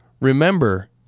Remember